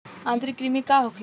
आंतरिक कृमि का होखे?